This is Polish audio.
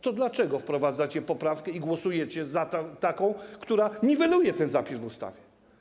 To dlaczego wprowadzacie poprawkę i głosujecie za taką, która niweluje ten zapis w ustawie?